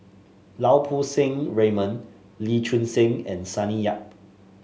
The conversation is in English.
Lau Poo Seng Raymond Lee Choon Seng and Sonny Yap